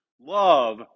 Love